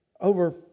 Over